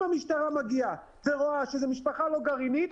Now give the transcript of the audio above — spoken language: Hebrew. אם המשטרה מגיעה ורואה שזה משפחה לא גרעינית